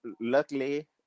luckily